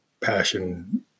passion